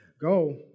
go